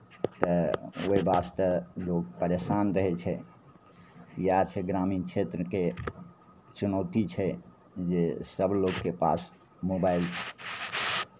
तऽ ओहि वास्ते लोक परेशान रहै छै इएह छै ग्रामीण क्षेत्रके चुनौती छै जे सभ लोकके पास मोबाइल